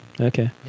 Okay